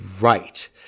Right